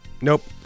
nope